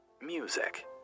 music